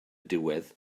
diwedd